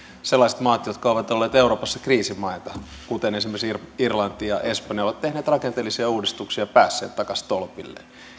sellaiset maat jotka ovat olleet euroopassa kriisimaita kuten esimerkiksi irlanti ja espanja ovat tehneet rakenteellisia uudistuksia ja päässeet takaisin tolpilleen